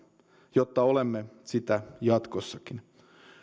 jotta olemme sitä jatkossakin